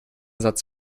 satz